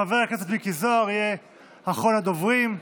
חבר הכנסת מיקי זוהר יהיה אחרון הדוברים,